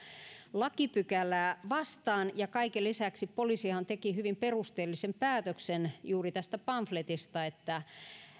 lakipykälää vastaan kaiken lisäksi poliisihan teki hyvin perusteellisen päätöksen juuri tästä pamfletista että